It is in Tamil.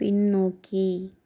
பின்னோக்கி